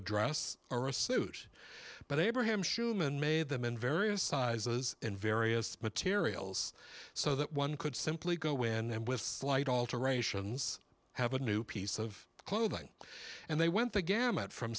a dress or a suit but abraham schumann made them in various sizes in various materials so that one could simply go away and with slight alterations have a new piece of clothing and they went the gamut from